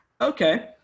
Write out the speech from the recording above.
okay